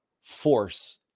force